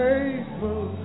Faithful